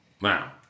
Now